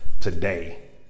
today